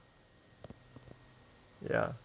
ya